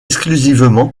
exclusivement